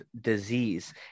disease